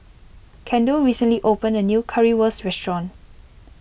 Kendell recently opened a new Currywurst restaurant